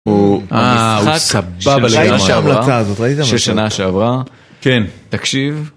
הוא משחק סבבה לגמרי לא? ראית מה זה ששנה שעברה, כן, תקשיב